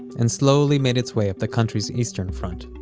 and slowly made its way up the country's eastern front.